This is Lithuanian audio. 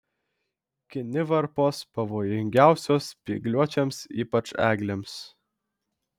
kinivarpos pavojingiausios spygliuočiams ypač eglėms